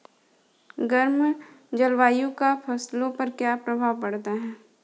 गर्म जलवायु का फसलों पर क्या प्रभाव पड़ता है?